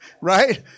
right